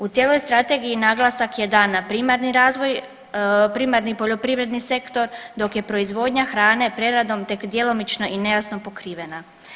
U cijeloj Strategiji naglasak je dan na primarni razvoj, primarni poljoprivredni sektor, dok je proizvodnja hrane tek preradom tek djelomično i nejasno pokrivena.